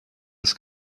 des